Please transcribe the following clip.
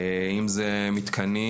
אם זה מתקנים,